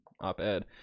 op-ed